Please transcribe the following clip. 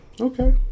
okay